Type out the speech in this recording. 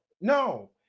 no